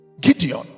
Gideon